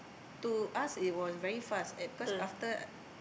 to us it was very fast because after